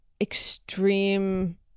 extreme